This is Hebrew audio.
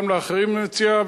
גם לאחרים אני מציע.